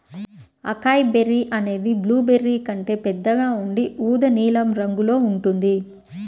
acai berry అనేది blueberry కంటే పెద్దగా ఉండి ఊదా నీలం రంగులో ఉంటుంది